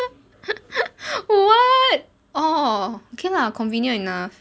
what orh okay lah convenient enough